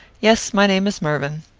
yes my name is mervyn.